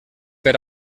per